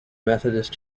methodist